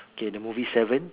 K the movie seven